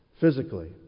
physically